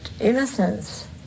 innocence